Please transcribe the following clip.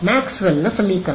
ಮ್ಯಾಕ್ಸ್ವೆಲ್ನ ಸಮೀಕರಣ